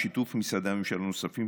בשיתוף משרדי ממשלה נוספים,